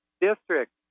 district